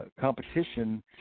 competition